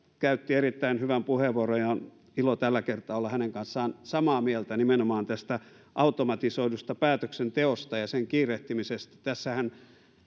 käytti erittäin hyvän puheenvuoron ja on ilo tällä kertaa olla hänen kanssaan samaa mieltä nimenomaan tästä automatisoidusta päätöksenteosta ja sen kiirehtimisestä tässähän